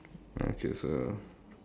no actually it's a